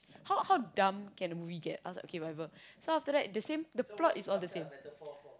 how how dumb can the movie get I was like okay whatever so after that the same the plot is all the same